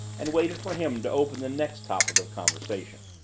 and waited for him to open the next topic of conversation.